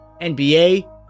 NBA